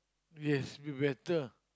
yes be better